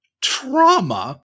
trauma